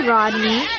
Rodney